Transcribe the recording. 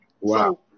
Wow